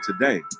today